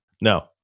No